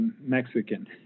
Mexican